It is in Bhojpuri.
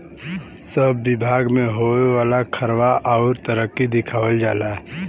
सब बिभाग मे होए वाला खर्वा अउर तरक्की दिखावल जाला